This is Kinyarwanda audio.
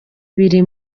biri